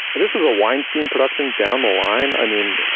this is a weinstein production down the line. i mean,